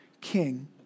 king